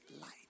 Light